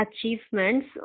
achievements